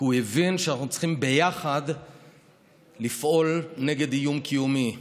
כי הוא הבין שאנחנו צריכים ביחד לפעול נגד איום קיומי,